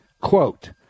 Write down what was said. Quote